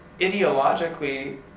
ideologically